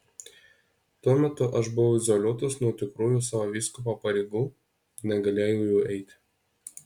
tuo metu aš buvau izoliuotas nuo tikrųjų savo vyskupo pareigų negalėjau jų eiti